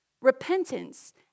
Repentance